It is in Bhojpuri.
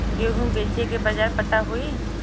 गेहूँ बेचे के बाजार पता होई?